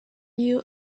you